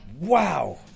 Wow